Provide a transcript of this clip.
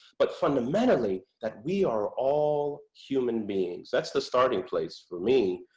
but fundamentally, that we are all human beings. that's the starting place for me,